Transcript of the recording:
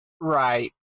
right